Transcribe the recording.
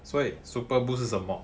所以 super boost 是什么